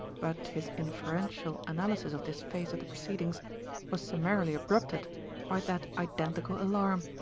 but his inferential analysis of this phase of the proceedings was summarily abrupted by that identical alarm.